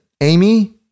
Amy